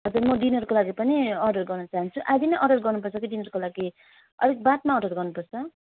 हजुर म डिनरको लागि पनि अर्डर गर्न चाहन्छु अहिले नै अर्डर गर्नुपर्छ कि डिनरको लागि अलिक बादमा अर्डर गर्नुपर्छ